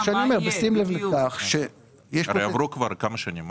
הרי עברו כבר ארבע שנים.